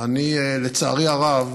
לצערי הרב,